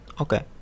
Okay